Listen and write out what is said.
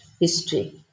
history